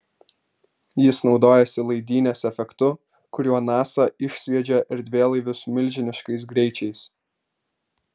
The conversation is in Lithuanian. jis naudojasi laidynės efektu kuriuo nasa išsviedžia erdvėlaivius milžiniškais greičiais